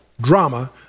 drama